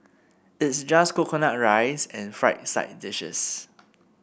it's just coconut rice and fried side dishes